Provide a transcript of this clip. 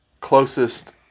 closest